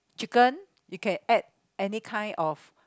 chicken you can add any kind of